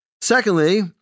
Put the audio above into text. Secondly